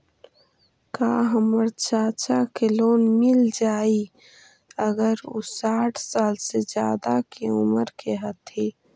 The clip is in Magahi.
का हमर चाचा के लोन मिल जाई अगर उ साठ साल से ज्यादा के उमर के हथी?